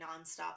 nonstop